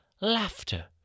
laughter